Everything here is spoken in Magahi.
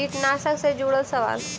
कीटनाशक से जुड़ल सवाल?